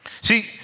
See